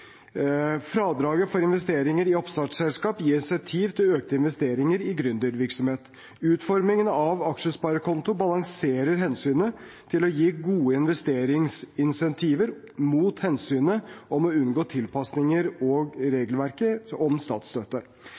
Fradraget for investeringer i oppstartsselskap gir insentiv til økte investeringer i gründervirksomhet. Utformingen av aksjesparekonto balanserer hensynet til å gi gode investeringsinsentiv mot hensynet til å unngå tilpasninger og regelverket om statsstøtte.